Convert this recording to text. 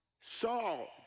Saul